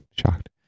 shocked